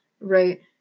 Right